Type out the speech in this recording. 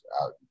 out